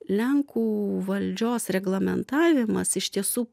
lenkų valdžios reglamentavimas iš tiesų